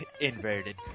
Inverted